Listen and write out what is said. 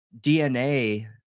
DNA